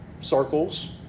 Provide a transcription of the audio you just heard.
circles